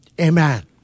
Amen